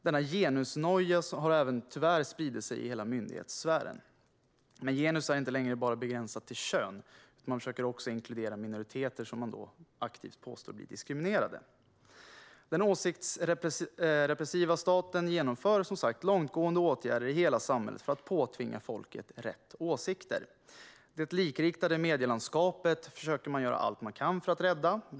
Denna genusnoja har även tyvärr spridit sig i hela myndighetssfären, men genus är inte längre begränsat till bara kön, utan man försöker också inkludera minoriteter som man aktivt påstår är diskriminerade. Den åsiktsrepressiva staten genomför, som sagt, långtgående åtgärder i hela samhället för att påtvinga folket rätt åsikter. Det likriktade medielandskapet försöker man göra allt man kan för att rädda.